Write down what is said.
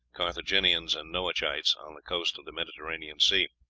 carthaginians, and noachites on the coasts of the mediterranean sea.